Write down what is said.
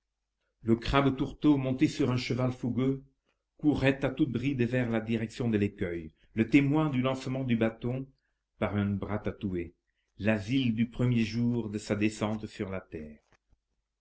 le crabe tourteau monté sur un cheval fougueux courait à toute bride vers la direction de l'écueil le témoin du lancement du bâton par un bras tatoué l'asile du premier jour de sa descente sur la terre